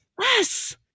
Yes